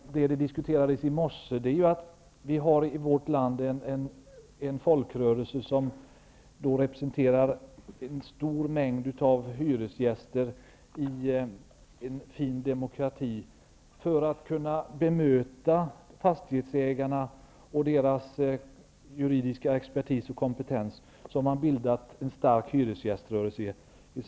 Vi har i vårt land en folkrörelse som representerar en stor mängd hyresgäster i en fin demokrati. För att kunna bemöta fastighetsägarna och deras juridiska expertis och kompetens har man bildat en stark hyresgäströrelse.